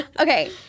Okay